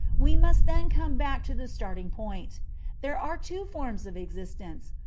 we must then come back to the starting-point there are two forms of existence,